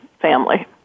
family